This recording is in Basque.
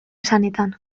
esanetan